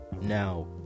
now